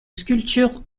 sculptures